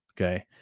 Okay